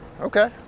okay